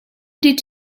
did